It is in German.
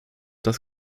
das